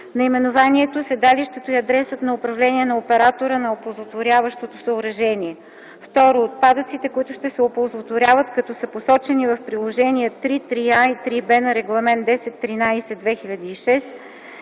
наименованието, седалището и адресът на управление на оператора на оползотворяващото съоръжение; 2. отпадъците, които ще се оползотворяват, както са посочени в приложения III, IIIA и IIIБ на Регламент 1013/2006,